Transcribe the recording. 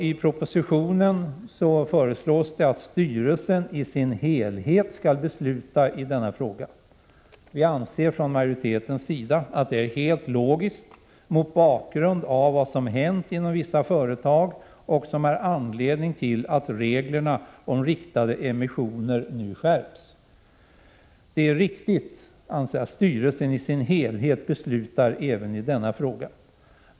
I propositionen föreslås att styrelsen i sin helhet skall besluta i denna fråga. Vi anser från majoritetens sida att det är helt logiskt mot bakgrund av vad som hänt inom vissa företag — något som är anledning till att reglerna om riktade emissioner nu skärps. Vi anser att det är riktigt att styrelsen i sin helhet beslutar även i sådana frågor.